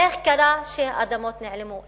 איך קרה שאדמות נעלמו?